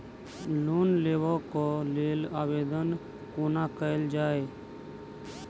Loan लेबऽ कऽ लेल आवेदन कोना कैल जाइया?